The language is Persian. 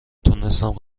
تونستم